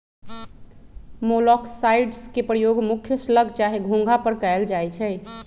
मोलॉक्साइड्स के प्रयोग मुख्य स्लग चाहे घोंघा पर कएल जाइ छइ